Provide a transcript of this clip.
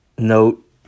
Note